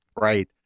Right